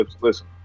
listen